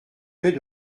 plaît